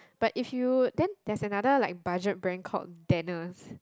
but if you then there's another like budget brand called Dannas